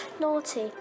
naughty